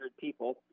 people